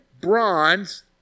bronze